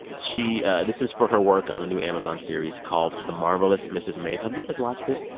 she this is for her work on a new amazon series called the marvelous mrs. maisel. have you guys watched it?